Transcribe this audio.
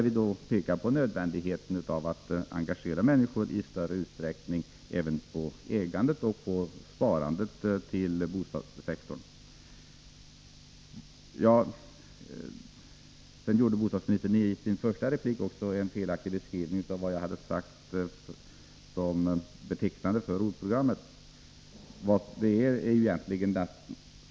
Vi pekar på nödvändigheten av att i större utsträckning engagera människor även i fråga om ägandet och sparandet inom bostadssektorn. I sin första replik gjorde bostadsministern en felaktig tolkning av vad jag sade vara utmärkande för ROT-programmet.